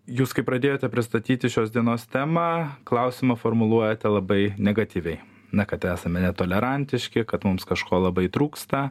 jūs kaip pradėjote pristatyti šios dienos temą klausimą formuluojate labai negatyviai na kad esame netolerantiški kad mums kažko labai trūksta